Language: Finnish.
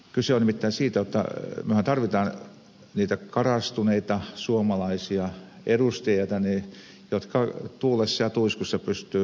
kyse on nimittäin siitä jotta mehän tarvitsemme tänne niitä karaistuneita suomalaisia edustajia jotka tuulessa ja tuiskussa pystyvät toimimaan